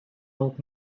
old